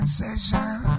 session